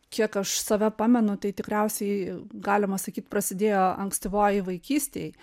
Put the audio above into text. kiek aš save pamenu tai tikriausiai galima sakyt prasidėjo ankstyvoj vaikystėj